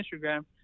Instagram